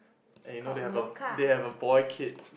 and you know they have a they have a boy kid